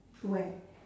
where